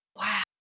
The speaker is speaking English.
wow